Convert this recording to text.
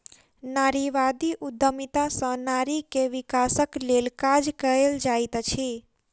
नारीवादी उद्यमिता सॅ नारी के विकासक लेल काज कएल जाइत अछि